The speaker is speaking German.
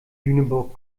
lüneburg